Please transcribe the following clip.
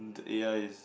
the a_i is